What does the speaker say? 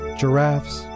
giraffes